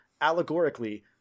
allegorically